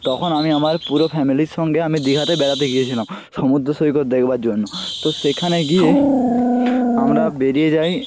তখন আমি আমার পুরো ফ্যামিলির সঙ্গে আমি দিঘাতে বেড়াতে গিয়েছিলাম সমুদ্র সৈকত দেখবার জন্য তো সেখানে গিয়ে আমরা বেরিয়ে যাই